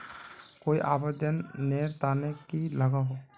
कोई आवेदन नेर तने की लागोहो?